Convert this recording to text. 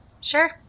Sure